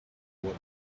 would